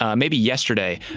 um maybe yesterday,